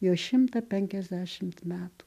jo šimtą penkiasdešimt metų